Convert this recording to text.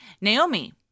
Naomi